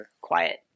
quiet